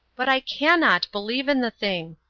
but i cannot believe in the thing.